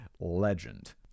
legend